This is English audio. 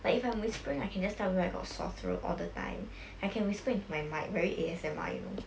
like if I'm whispering I can just tell you I got sore throat all the time I can whisper into my mic~ very A_S_M_R you know